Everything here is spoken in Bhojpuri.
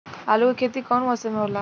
आलू के खेती कउन मौसम में होला?